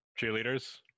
Cheerleaders